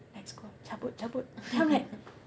let's go cabut cabut come let's